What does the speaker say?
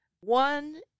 one